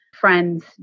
friends